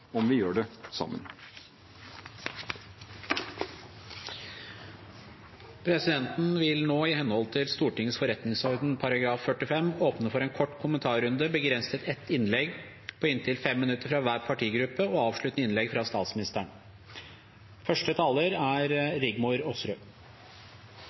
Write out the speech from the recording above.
om vi gjør det sammen. Stortinget vil nå, i henhold til Stortingets forretningsorden § 45, åpne for en kort kommentarrunde begrenset til ett innlegg på inntil 5 minutter fra hver partigruppe og et avsluttende innlegg fra statsministeren.